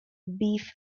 beef